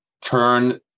turn